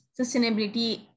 sustainability